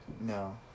No